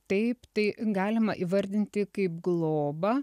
taip tai galima įvardinti kaip globą